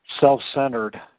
self-centered